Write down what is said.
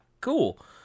Cool